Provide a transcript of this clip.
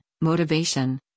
motivation